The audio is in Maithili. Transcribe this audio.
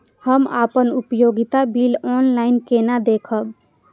हम अपन उपयोगिता बिल ऑनलाइन केना देखब?